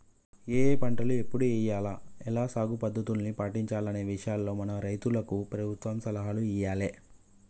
ఏఏ పంటలు ఎప్పుడు ఎయ్యాల, ఎలా సాగు పద్ధతుల్ని పాటించాలనే విషయాల్లో మన రైతులకు ప్రభుత్వం సలహాలు ఇయ్యాలే